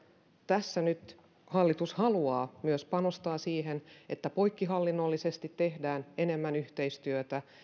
tässä nyt hallitus haluaa panostaa myös siihen että poikkihallinnollisesti tehdään enemmän yhteistyötä